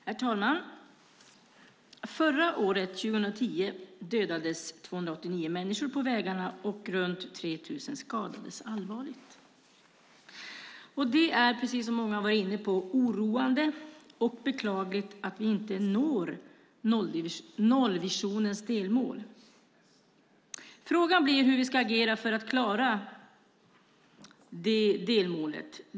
Herr talman! Förra året, 2010, dödades 289 på vägarna, och runt 3 000 skadades allvarligt. Det är, precis som många har varit inne på, oroande och beklagligt att vi inte når nollvisionens delmål. Frågan är hur vi ska agera för att klara detta delmål.